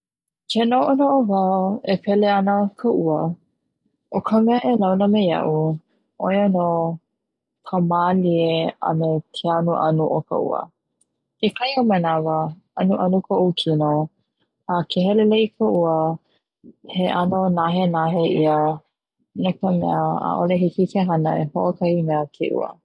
Ke no'ono'o wau e pili ana ka ua o ka mea e launa me ia'u 'oia no ka malie a me ke anuanu o ka ua, kekahi ona manawa anuanu ko'u kino a ke helele'i ka ua he 'ano nahenahe 'ia no ka mea 'a'ole hiki ke hana ho'okahi mea ke ua.